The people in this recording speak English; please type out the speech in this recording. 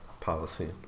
policy